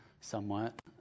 somewhat